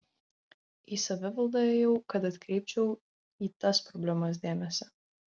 į savivaldą ėjau kad atkreipčiau į tas problemas dėmesį